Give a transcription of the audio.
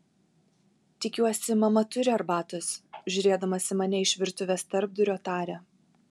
tikiuosi mama turi arbatos žiūrėdamas į mane iš virtuvės tarpdurio taria